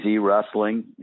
wrestling